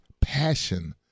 passion